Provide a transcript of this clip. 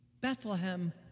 Bethlehem